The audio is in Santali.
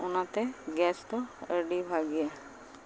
ᱚᱱᱟᱛᱮ ᱜᱮᱥᱫᱚ ᱟᱹᱰᱤ ᱵᱷᱟᱜᱮᱭᱟ